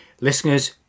Listeners